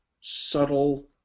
subtle